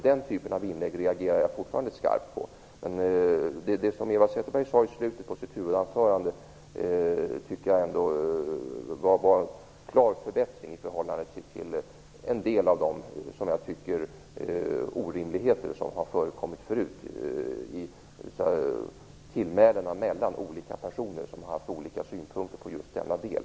Den typen av inlägg reagerar jag fortfarande skarpt emot. Det som Eva Zetterberg sade i slutet av sitt huvudanförande tycker jag ändå var en klar förbättring i förhållande till en del av de orimligheter som tidigare har förekommit. Det har i debatten bl.a. förekommit tillmälen mellan olika personer som har haft olika synpunkter på just denna del.